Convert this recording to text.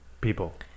people